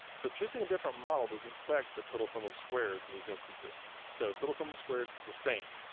so choosing a different model doesn't affect the total sum of squares in these instances. so total sum of squares is the same.